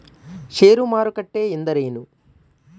ಷೇರು ಮಾರುಕಟ್ಟೆ ಎಂದರೇನು?